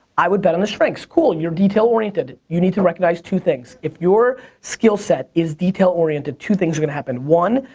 i would bet on the strengths. cool, you're detail-oriented. you need to recognize two things. if your skill set is detail-oriented, two things are gonna happen. one,